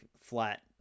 flat